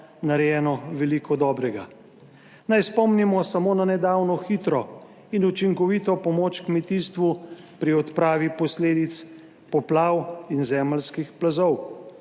narejeno veliko dobrega. Naj spomnimo samo na nedavno hitro in učinkovito pomoč kmetijstvu pri odpravi posledic poplav in zemeljskih plazov,